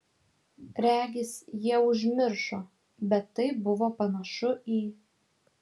regis jie užmiršo bet tai buvo panašu į